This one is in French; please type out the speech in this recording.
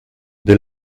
des